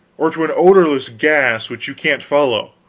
or to an odorless gas which you can't follow